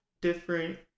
different